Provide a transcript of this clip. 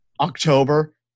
October